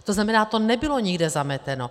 To znamená, že to nebylo nikde zameteno.